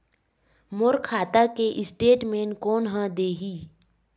मोर खाता के स्टेटमेंट कोन ह देही?